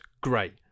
great